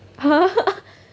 !huh!